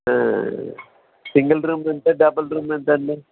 single room ఎంత double room ఎంతండీ